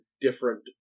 different